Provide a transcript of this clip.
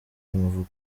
y’amavuko